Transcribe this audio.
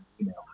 email